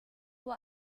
what